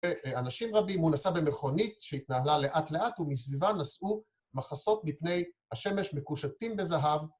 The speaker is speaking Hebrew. ‫אנשים רבים. הוא נסע במכונית ‫שהתנהלה לאט-לאט, ‫ומסביבה נסעו מחסות ‫מפני השמש מקושטים בזהב.